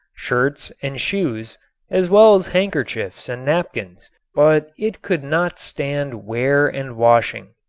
shirts and shoes as well as handkerchiefs and napkins but it could not stand wear and washing.